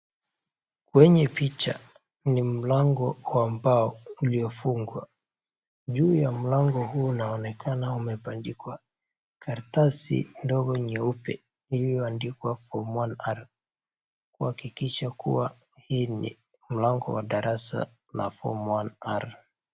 Kwenye picha ni mlango wa mbao uliofungwa, juu ya mlango huo unaonekana umebandikwa karatasi ndogo nyeupe yenye imeandikwa Form One R kuhakikisha kuwa hii ni mlango wa darasa la Form One R .